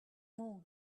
more